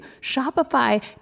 Shopify